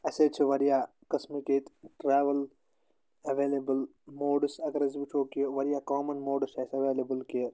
اسہِ حظ چھِ واریاہ قٕسمٕکۍ ییٚتہِ ٹرٛیوٕل ایٚولیبٕل موڈٕس اگر أسۍ وُچھو کہِ واریاہ کامَن موڈٕس چھِ اسہِ ایٚویلیبٕل کہِ